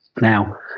Now